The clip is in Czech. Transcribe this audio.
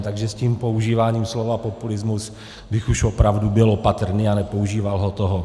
Takže s tím používáním slova populismus bych už opravdu byl opatrný a nepoužíval ho tolik.